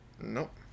Nope